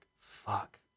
Fuck